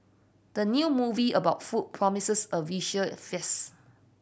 the new movie about food promises a visual feast